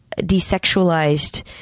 desexualized